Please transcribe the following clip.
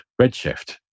Redshift